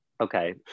Okay